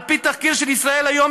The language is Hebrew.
על פי תחקיר של ישראל היום,